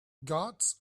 guards